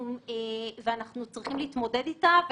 אנחנו צריכים להתמודד איתה,